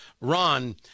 Ron